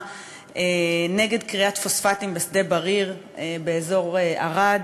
נגד כריית פוספטים בשדה-בריר באזור ערד,